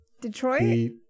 Detroit